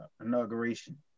inauguration